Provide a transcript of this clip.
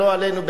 לא עלינו,